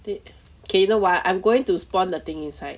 d~ K you know what I'm going to spawn the thing inside